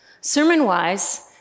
Sermon-wise